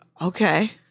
Okay